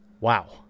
Wow